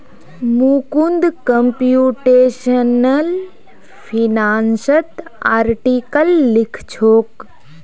Mukund computational फिनांसत article लिखछोक